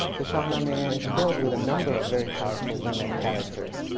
the shahnameh is filled with a number of very powerful women characters.